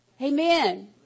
Amen